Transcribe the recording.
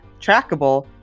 trackable